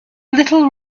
little